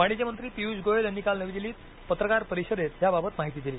वाणिज्य मंत्री पियुष गोयल यांनी काल नवी दिल्लीत पत्रकार परिषदेत याबाबत माहिती दिली